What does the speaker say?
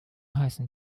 heißen